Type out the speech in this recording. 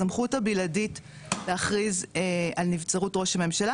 הסמכות הבלעדית להכריז על נבצרות ראש הממשלה,